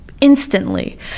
instantly